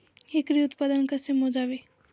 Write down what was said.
एकरी उत्पादन कसे मोजावे?